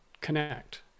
connect